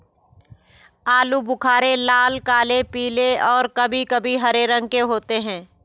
आलू बुख़ारे लाल, काले, पीले और कभी कभी हरे रंग के होते हैं